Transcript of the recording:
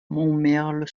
montmerle